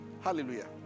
Hallelujah